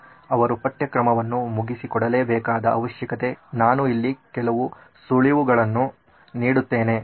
ಅವರು ಪಠ್ಯಕ್ರಮವನ್ನು ಮುಗಿಸಿಕೊಡಲೇಬೇಕಾದ ಅವಶ್ಯಕತೆ ನಾನು ಇಲ್ಲಿ ಕೆಲವು ಸುಳಿವುಗಳನ್ನು ನೀಡುತ್ತೇನೆ